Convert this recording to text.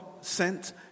sent